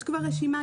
יש כבר רשימה,